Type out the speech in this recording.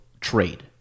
trade